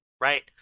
right